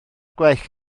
gwell